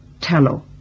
Tallow